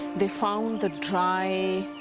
they found the dry,